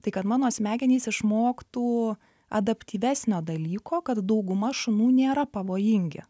tai kad mano smegenys išmoktų adaptyvesnio dalyko kad dauguma šunų nėra pavojingi